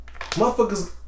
Motherfuckers